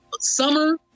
summer